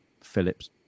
phillips